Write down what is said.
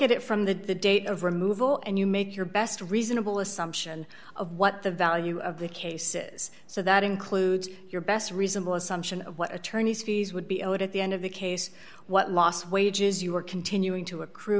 at it from the date of removal and you make your best reasonable assumption of what the value of the case is so that includes your best reasonable assumption of what attorney's fees would be owed at the end of the case what loss of wages you are continuing to accrue